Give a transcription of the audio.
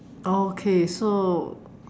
oh okay so